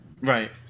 Right